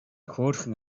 хөөрхөн